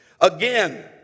again